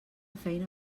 feina